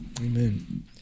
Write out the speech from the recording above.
Amen